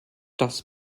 das